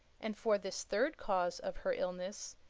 and for this third cause of her illness,